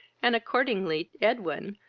and accordingly edwin,